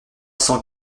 cent